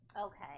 Okay